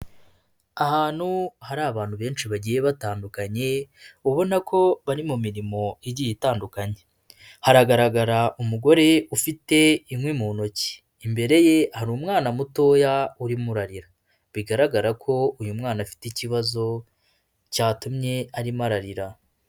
Ahantu hari abantu benshi bagiye batandukanye ubona ko bari mu mirimo igiye itandukanye, haragaragara umugore ufite inkwi mu ntoki, imbere ye hari umwana mutoya urimo urarira, bigaragara ko uyu mwana afite ikibazo cyatumye arimo ararira.